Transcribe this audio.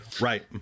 Right